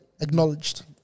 acknowledged